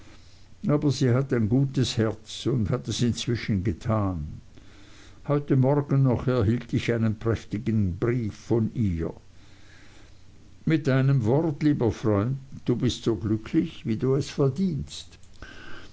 aber sie hat ein gutes herz und hat es inzwischen getan heute morgen noch erhielt ich einen prächtigen brief von ihr mit einem wort lieber freund du bist so glücklich wie du es verdienst